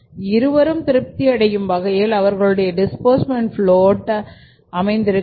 இருவரும் திருப்தி அடையும் வகையில் அவர்களுடைய டிஸ்பூர்ஸ்மெண்ட் ஃப்ளோட் அமைந்திருக்க வேண்டும்